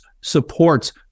supports